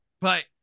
But-